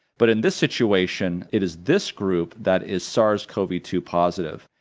but in this situation it is this group that is sars cov two positive,